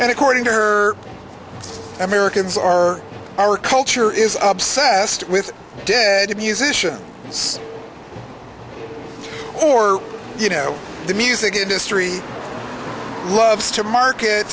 and according to her americans are our culture is obsessed with did musician his own or you know the music industry loves to market